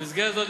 במסגרת זו,